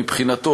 מבחינתו,